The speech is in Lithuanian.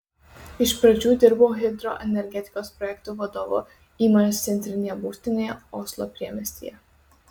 iš pradžių dirbau hidroenergetikos projektų vadovu įmonės centrinėje būstinėje oslo priemiestyje